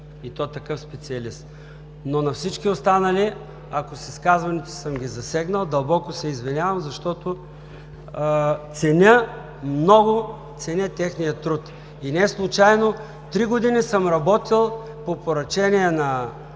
и то такъв специалист. Но на всички останали, ако с изказването си съм ги засегнал, дълбоко се извинявам, защото ценя много техния труд. Не случайно три години съм работил по поръчение на